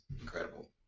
incredible